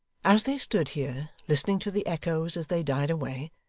as they stood here, listening to the echoes as they died away,